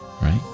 right